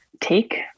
take